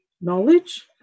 knowledge